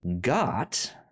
got